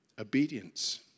Obedience